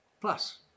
plus